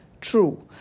true